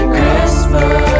Christmas